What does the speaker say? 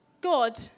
God